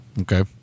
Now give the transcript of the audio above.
Okay